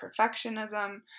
perfectionism